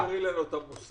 רק תבהירי לנו את המושג: